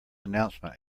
announcement